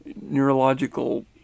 neurological